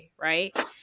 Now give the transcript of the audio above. right